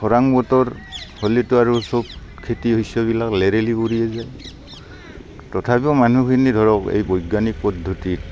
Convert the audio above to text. খৰাং বতৰ হ'লেতো আৰু চব খেতি শস্যবিলাক লেৰেলি পৰিয়ে যায় তথাপিও মানুহখিনি ধৰক এই বৈজ্ঞানিক পদ্ধতিত